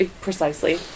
precisely